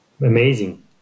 amazing